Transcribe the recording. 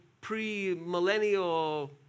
pre-millennial